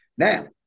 Now